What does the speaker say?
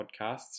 Podcasts